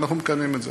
ואנחנו מקיימים את זה.